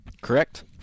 Correct